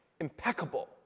impeccable